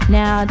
now